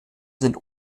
sind